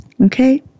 Okay